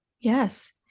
Yes